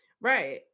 Right